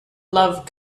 love